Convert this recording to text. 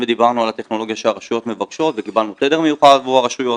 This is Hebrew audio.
ודיברנו על הטכנולוגיה שהרשויות מבקשות וקיבלנו חדר מיוחד עבור הרשויות.